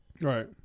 Right